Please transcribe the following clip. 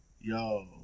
yo